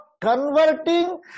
converting